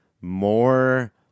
more